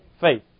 faith